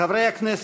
חברי הכנסת,